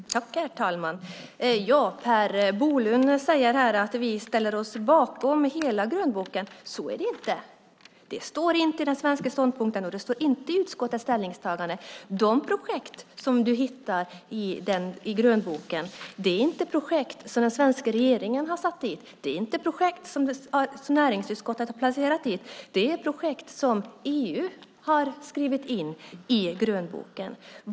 Herr talman! Per Bolund säger här att vi ställer oss bakom hela grönboken. Så är det inte. Det står det inte i den svenska ståndpunkten och inte i utskottets ställningstagande. De projekt som du hittar i grönboken är inte projekt som den svenska regeringen och näringsutskottet har placerat dit. Det är projekt som EU har skrivit in i grönboken.